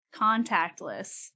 contactless